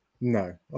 No